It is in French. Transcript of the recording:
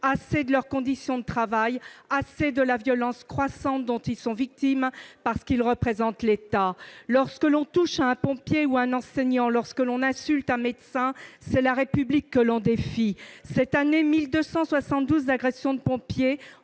assez de leurs conditions de travail, assez de la violence croissante dont ils sont victimes parce qu'ils représentent l'État. Lorsque l'on touche à un pompier ou à un enseignant, lorsque l'on insulte un médecin, c'est la République que l'on défie. Cette année, 1 272 agressions de pompiers